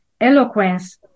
eloquence